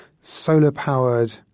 solar-powered